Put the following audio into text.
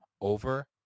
over